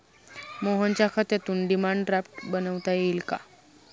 मोहनच्या खात्यातून demand draft बनवता येईल का?